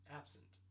absent